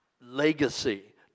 legacy